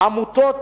עמותות